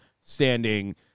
standing